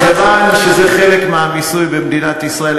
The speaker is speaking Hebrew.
מכיוון שזה חלק מהמיסוי במדינת ישראל,